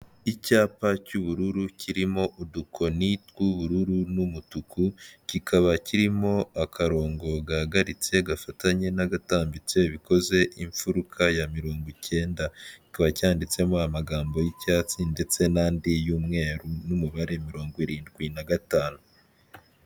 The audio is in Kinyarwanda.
Icyapa cy'ubururu kirimo udukoni tw'ubururu n'umutuku, kikaba kirimo akarongo gahagaritse gafatanye n'agatambitse bikoze imfuruka ya mirongo icyenda, kiba cyanditsemo amagambo y'icyatsi ndetse n'andi y'umweru n'umubare mirongo irindwi na gatanu.